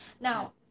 Now